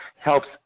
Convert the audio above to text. helps